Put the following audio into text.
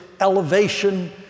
elevation